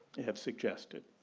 have suggested